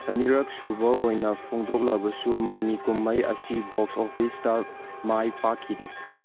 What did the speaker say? ꯑꯅꯤꯔꯛ ꯁꯨꯕ ꯑꯣꯏꯅ ꯐꯣꯡꯗꯣꯛꯂꯕꯁꯨ ꯃꯃꯤ ꯀꯨꯝꯍꯩ ꯑꯁꯤ ꯕꯣꯛꯁ ꯑꯣꯐꯤꯁꯇ ꯃꯥꯏ ꯄꯥꯛꯈꯤꯗꯦ